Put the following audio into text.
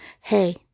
Hey